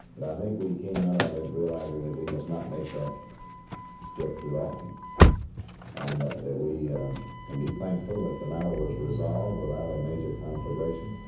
but i think we came out of it realizing that we must not make that trip too often and that we can be thankful that the matter was resolved without a major conflagration